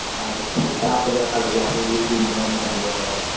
i understand half of that, roughly eighteen million will,